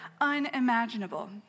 unimaginable